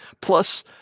Plus